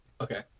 Okay